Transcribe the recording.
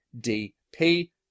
DP